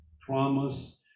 promise